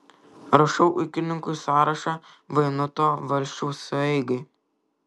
rašau ūkininkų sąrašą vainuto valsčiaus sueigai